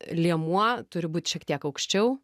liemuo turi būti šiek tiek aukščiau